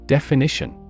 Definition